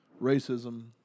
racism